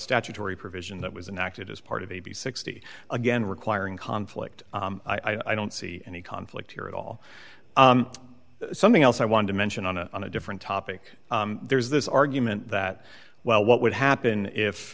statutory provision that was and acted as part of a b sixty again requiring conflict i don't see any conflict here at all something else i wanted to mention on a on a different topic there's this argument that well what would happen if